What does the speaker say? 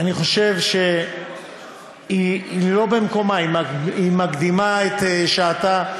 אני חושב שהיא לא במקומה, היא מקדימה את שעתה.